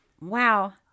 Wow